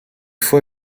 fois